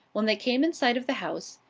when they came in sight of the house,